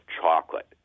chocolate